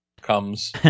comes